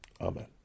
Amen